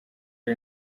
ari